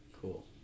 Cool